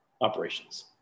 operations